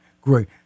Great